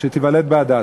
שנולדה ב"הדסה".